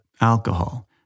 alcohol